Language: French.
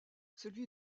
celui